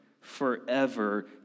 forever